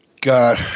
God